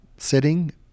setting